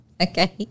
Okay